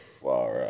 Wow